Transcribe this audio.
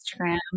Instagram